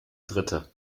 dritte